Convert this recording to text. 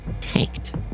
tanked